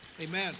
Amen